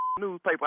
newspaper